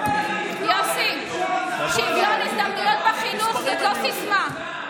יוסי, שוויון הזדמנויות בחינוך זו לא סיסמה.